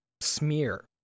smear